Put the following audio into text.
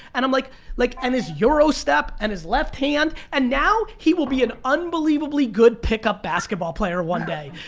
and um like like and his euro-step and his left hand, and now, he will be an unbelievably good pickup basketball player one day,